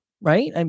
right